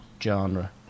genre